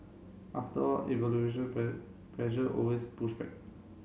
after all evolution pressure always push back